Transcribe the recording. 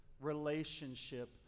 relationship